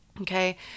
okay